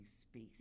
space